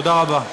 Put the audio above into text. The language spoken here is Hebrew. תודה רבה.